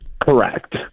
Correct